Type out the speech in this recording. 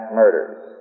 murders